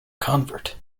convert